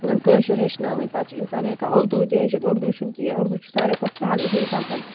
کٲشُر ہیچھناوٕنۍ پَتہٕ چھُ اِنسان ہیٚکان اُردو تہِ ہیٚچھِتھ اُردو چھُ نہٕ کیٚنٛہہ اُردو چھُ ساروٮ۪و کھۄتہٕ سہل اِنسان پَتہٕ